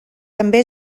també